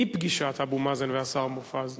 אי-פגישת אבו מאזן והשר מופז.